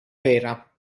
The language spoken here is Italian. vera